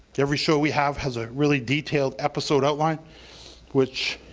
every show we have has a really detailed episode outline which